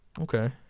Okay